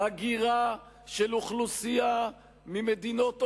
הגירה של אוכלוסייה ממדינות אויב,